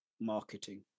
marketing